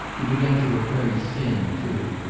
he began to look very thin, too,